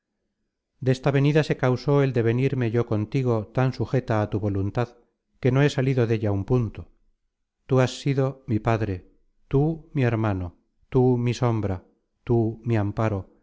temia desta venida se causó el de venirme yo contigo tan sujeta á tu voluntad que no he salido della un punto tú has sido mi padre tú mi hermano tú mi sombra tú mi amparo